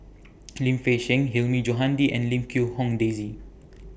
Lim Fei Shen Hilmi Johandi and Lim Quee Hong Daisy